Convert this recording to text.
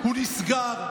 הוא נסגר.